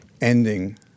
ending